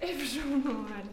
taip šaunuolė